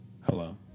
Hello